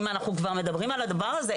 אם אנחנו כבר מדברים על הדבר הזה,